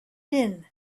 din